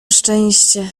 szczęście